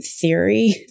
theory